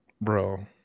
bro